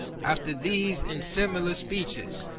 after these and similar speeches,